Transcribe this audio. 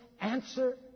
answer